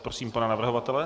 Prosím pana navrhovatele.